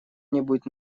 нибудь